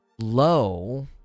low